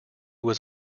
was